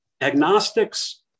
Agnostics